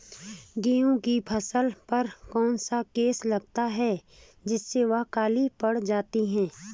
गेहूँ की फसल पर कौन सा केस लगता है जिससे वह काले पड़ जाते हैं?